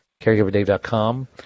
caregiverdave.com